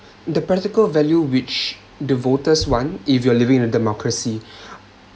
the practical value which the voters want if you're living in a democracy